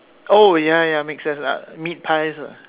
oh ya ya make sense ah meat pies lah